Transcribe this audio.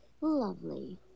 lovely